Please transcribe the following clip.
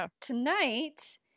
tonight